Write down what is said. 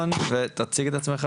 בסביבות בין 80 ל-100 לסוחרים.